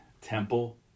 Temple